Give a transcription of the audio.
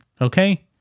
Okay